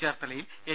ചേർത്തലയിൽ എൻ